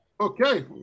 Okay